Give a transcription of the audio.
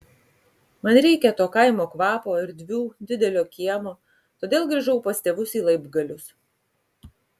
man reikia to kaimo kvapo erdvių didelio kiemo todėl grįžau pas tėvus į laibgalius